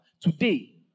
today